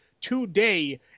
today